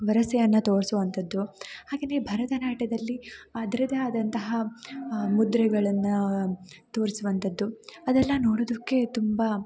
ವರಸೆಯನ್ನು ತೋರಿಸುವಂಥದ್ದು ಹಾಗೆಯೇ ಭರತನಾಟ್ಯದಲ್ಲಿ ಅದ್ರದ್ದೇ ಆದಂತಹ ಮುದ್ರೆಗಳನ್ನು ತೋರಿಸುವಂಥದ್ದು ಅದೆಲ್ಲ ನೋಡೋದಕ್ಕೆ ತುಂಬ